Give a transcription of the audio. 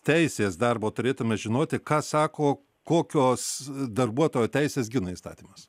teisės darbo turėtume žinoti ką sako kokios darbuotojo teises gina įstatymas